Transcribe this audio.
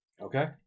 Okay